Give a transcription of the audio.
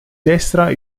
destra